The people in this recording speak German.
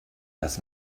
das